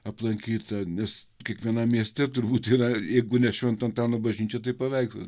aplankyta nes kiekvienam mieste turbūt yra jeigu ne švento antano bažnyčia tai paveikslas